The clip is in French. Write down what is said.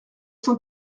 cent